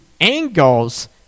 angles